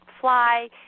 fly